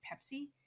Pepsi